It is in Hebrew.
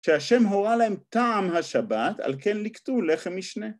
שהשם הורה להם טעם השבת, על כן ליקטו לחם מישנה.